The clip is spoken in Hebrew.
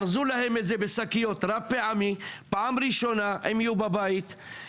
לא לרוקן ולהחזיר ובזה פתרת את האון ליין.